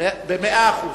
במאה אחוז.